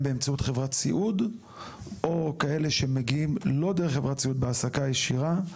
באמצעות חברת סיעוד או כאלה שמגיעים לא דרך חברת סיעוד בהעסקה ישירה?